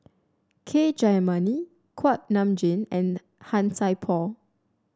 K Jayamani Kuak Nam Jin and Han Sai Por